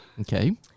Okay